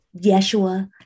Yeshua